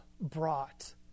brought